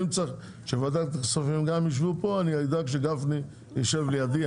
אם צריך שוועדת הכספים גם יישבו פה אני אדאג שגפני יישב לידי,